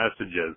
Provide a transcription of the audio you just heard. messages